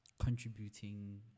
contributing